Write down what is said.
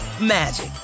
magic